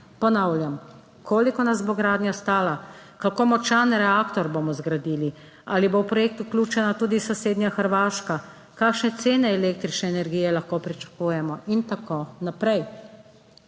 ponavljam, koliko nas bo gradnja stala, kako močan reaktor bomo zgradili, ali bo v projekt vključena tudi sosednja Hrvaška, kakšne cene električne energije lahko pričakujemo in tako naprej.